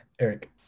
Eric